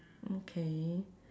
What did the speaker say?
okay